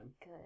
Good